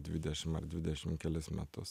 dvidešim ar dvidešim kelis metus